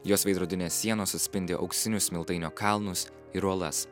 jos veidrodinės sienos atspindi auksinius smiltainio kalnus ir uolas